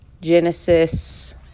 Genesis